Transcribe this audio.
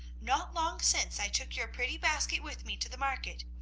not long since i took your pretty basket with me to the market,